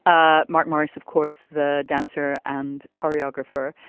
ah mark morris of course the dancer and choreographer.